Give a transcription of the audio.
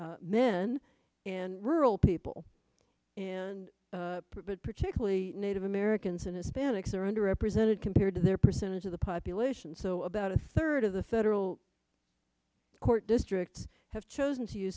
range men and rural people and particularly native americans and hispanics are under represented compared to their percentage of the population so about a third of the federal court districts have chosen to